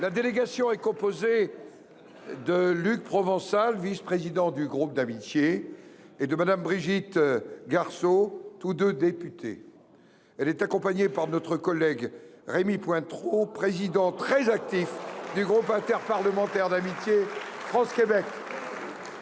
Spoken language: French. La délégation est composée de M. Luc Provençal, vice président du groupe d’amitié, et de Mme Brigitte Garceau, tous deux députés. Elle est accompagnée par notre collègue Rémy Pointereau, le très actif président du groupe interparlementaire d’amitié France Québec.